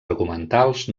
argumentals